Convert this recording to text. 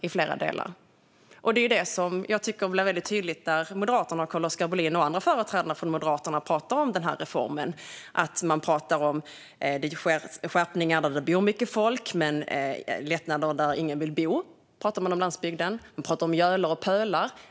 När Carl-Oskar Bohlin och andra företrädare för Moderaterna pratar om den här reformen pratar man om att det blir skärpningar där det bor mycket folk men lättnader där ingen vill bo. Så pratar man om landsbygden, och man pratar om gölar och pölar.